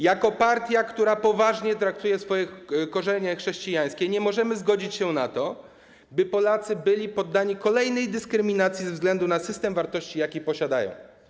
Jako partia, która poważnie traktuje swoje korzenie chrześcijańskie, nie możemy zgodzić się na to, by Polacy byli poddani kolejnej dyskryminacji ze względu na system wartości, jaki posiadają.